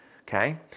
okay